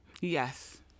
yes